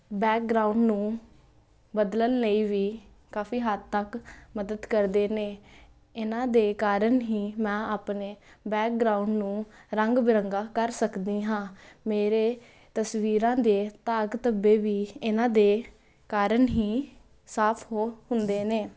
background ਨੂੰ ਬਦਲਣ ਲਈ ਵੀ ਕਾਫ਼ੀ ਹੱਦ ਤੱਕ ਮਦਦ ਕਰਦੇ ਨੇ ਇਹਨਾਂ ਦੇ ਕਾਰਨ ਹੀ ਮੈਂ ਆਪਣੇ ਬੈਕਗਰਾਊਂਡ ਨੂੰ ਰੰਗ ਬਿਰੰਗਾ ਕਰ ਸਕਦੀ ਹਾਂ ਮੇਰੇ ਤਸਵੀਰਾਂ ਦੇ ਦਾਗ ਧੱਬੇ ਵੀ ਇਹਨਾਂ ਦੇ ਕਾਰਨ ਹੀ ਸਾਫ਼ ਹੋ ਹੁੰਦੇ ਨੇ